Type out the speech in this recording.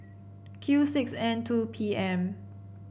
Q six N two P M